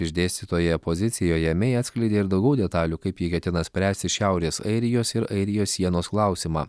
išdėstytoje pozicijoje mei atskleidė ir daugiau detalių kaip ji ketina spręsti šiaurės airijos ir airijos sienos klausimą